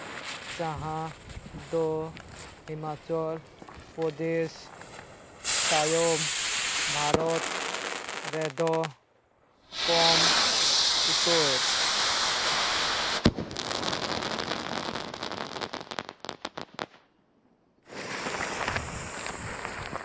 ᱡᱟᱦᱟᱸ ᱫᱚ ᱦᱤᱢᱟᱪᱚᱞ ᱯᱨᱚᱫᱮᱥ ᱛᱟᱭᱚᱢ ᱵᱷᱟᱨᱚᱛ ᱨᱮᱫᱚ ᱠᱚᱢ ᱩᱛᱟᱹᱨ